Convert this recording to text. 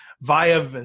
via